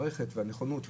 נכונות,